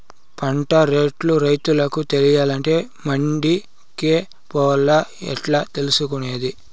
పంట రేట్లు రైతుకు తెలియాలంటే మండి కే పోవాలా? ఎట్లా తెలుసుకొనేది?